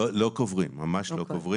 לא קוברים, ממש לא קוברים.